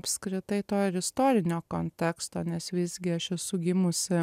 apskritai to ir istorinio konteksto nes visgi aš esu gimusi